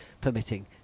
permitting